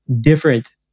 different